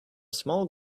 small